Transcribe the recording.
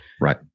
Right